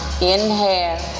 inhale